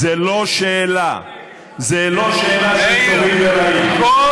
זו לא שאלה שצריך לא,